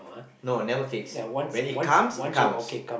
no never fix when it comes it comes